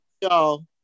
Y'all